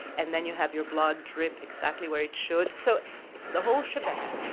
and then you have your blood drip exactly where it should, so it's the whole shebang.